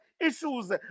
issues